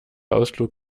ausflug